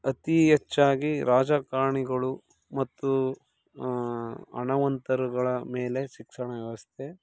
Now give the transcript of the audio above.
ಅತೀ ಹೆಚ್ಚಾಗಿ ರಾಜಕಾರಣಿಗಳು ಮತ್ತು ಹಣವಂತರುಗಳ ಮೇಲೆ ಶಿಕ್ಷಣ ವ್ಯವಸ್ಥೆ